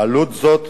בעלות הזאת